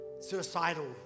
suicidal